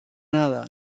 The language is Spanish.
nada